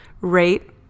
rate